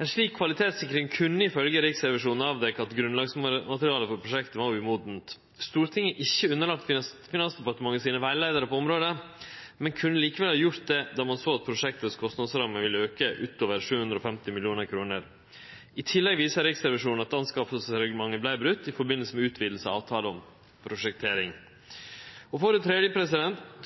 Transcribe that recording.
Ei slik kvalitetssikring kunne ifølgje Riksrevisjonen avdekkje at grunnlagsmaterialet for prosjektet var umodent. Stortinget er ikkje underlagt Finansdepartementets rettleiingar på området, men kunne likevel ha følgt dei då ein såg at kostnadsramma for prosjektet ville auke utover 750 mill. kr. I tillegg viser Riksrevisjonen at anskaffingsreglementet vart brote i samband med utviding av avtala om prosjektering. For det tredje